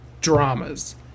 dramas